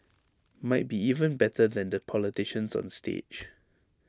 might be even better than the politicians on stage